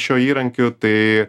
šiuo įrankiu tai